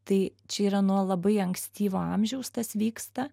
tai čia yra nuo labai ankstyvo amžiaus tas vyksta